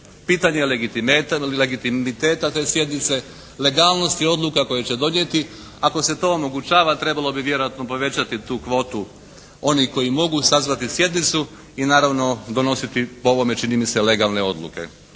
Pitanje legitimiteta te sjednice, legalnosti odluka koje će donijeti. Ako se to omogućava trebalo bi vjerojatno povećati tu kvotu onih koji mogu sazvati sjednicu i naravno donositi po ovome čini mi se legalne odluke.